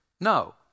No